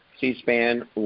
C-SPAN